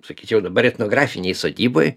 sakyčiau dabar etnografinėj sodyboj